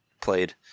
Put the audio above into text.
played